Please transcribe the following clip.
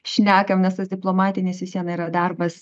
šnekam nes tas diplomatinis vis vien yra darbas